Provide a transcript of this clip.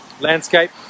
landscape